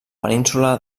península